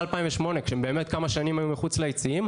2008 כשהם באמת כמה שנים היו מחוץ ליציעים,